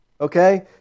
Okay